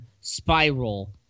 spiral